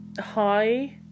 Hi